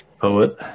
Poet